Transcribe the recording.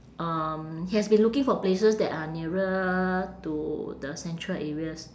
um he has been looking for places that are nearer to the central areas